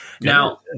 Now